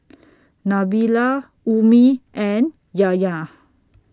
Nabila Ummi and Yahya